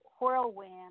whirlwind